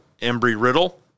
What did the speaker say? Embry-Riddle